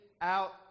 out